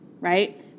right